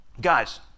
Guys